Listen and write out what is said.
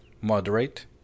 moderate